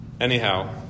Anyhow